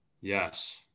Yes